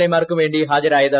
എമാർക്ക് വേണ്ടി ഹാജരായത്